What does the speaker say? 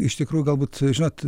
iš tikrųjų galbūt žinot